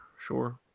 sure